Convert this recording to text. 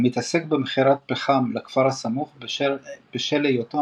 המתעסק במכירת פחם לכפר הסמוך בשל היותו